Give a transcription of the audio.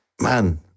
man